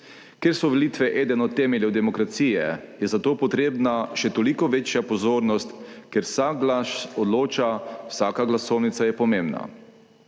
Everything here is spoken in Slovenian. Ker so volitve eden od temeljev demokracije, je za to potrebna še toliko večja pozornost, ker vsak glas odloča, vsaka glasovnica je pomembna.